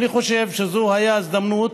אני חושב שזו הייתה הזדמנות,